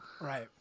right